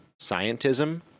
scientism